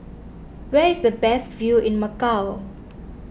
where is the best view in Macau